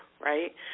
right